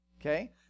okay